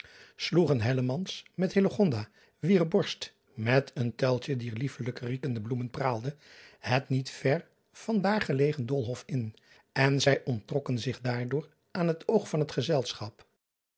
sloegen met wier borst met een tuiltje dier liefelijk riekende bloemen praalde het niet ver van daar gelegen oolhof in en zij onttrokken zich daardoor aan het oog van het gezelschap